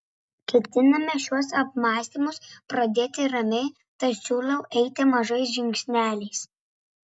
ketiname šiuos apmąstymus pradėti ramiai tad siūlau eiti mažais žingsneliais